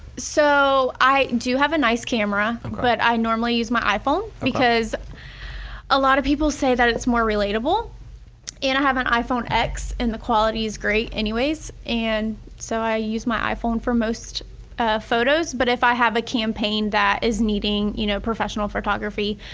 so i do have a nice camera but i normally use my iphone because a lot of people say that it's more relatable and i have an iphone x and the quality is great anyways and so i use my iphone for most photos. but if i have a campaign that is needing you know professional photography